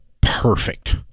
perfect